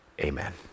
amen